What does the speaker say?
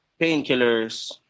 painkillers